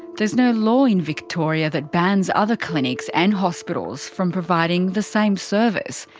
there's no law in victoria that bans other clinics and hospitals from providing the same service.